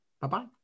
bye-bye